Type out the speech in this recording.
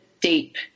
deep